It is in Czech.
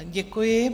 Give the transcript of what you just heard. Děkuji.